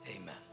Amen